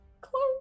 close